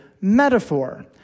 metaphor